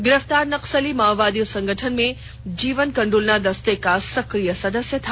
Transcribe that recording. गिरफ्तार नक्सली माओवादी संगठन में जीवन कांडुलना दस्ते का सक्रिय सदस्य था